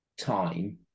time